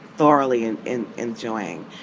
thoroughly and and enjoying.